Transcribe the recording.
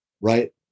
right